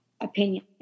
opinion